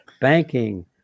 banking